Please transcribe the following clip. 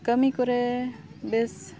ᱠᱟᱹᱢᱤ ᱠᱚᱨᱮ ᱵᱮᱥ